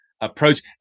approach